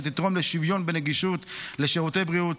שתתרום לשוויון בנגישות לשירותי בריאות,